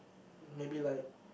maybe like